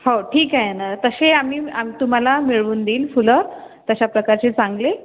हो ठीक आहे ना तसे आम्ही आम्ही तुम्हाला मिळवून देईन फुलं तशा प्रकारचे चांगले